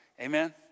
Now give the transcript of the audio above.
Amen